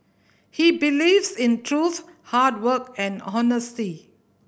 he believes in truth hard work and honesty